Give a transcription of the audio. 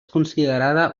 considerada